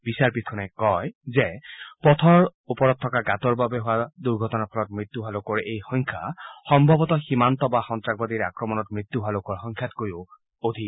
বিচাৰপীঠখনে কয় যে পথৰ ওপৰত থকা গাঁতৰ বাবে হোৱা দুৰ্ঘটনাৰ ফলত মৃত্যু হোৱা লোকৰেই সংখ্যা সম্ভৱতঃ সীমান্ত বা সন্তাসবাদীৰ আক্ৰমণত মৃত্যু হোৱা লোকৰ সংখ্যাতকৈও অধিক